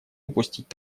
упустить